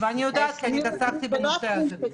ואני יודעת כי אני התעסקתי בנושא הזה.